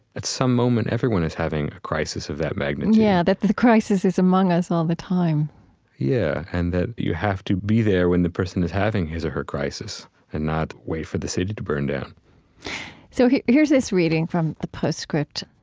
at some moment, everyone is having a crisis of that magnitude yeah. that the the crisis is among us all the time yeah, and that you have to be there when the person is having his or her crisis and not wait for the city to burn down so here's this reading from the postscript.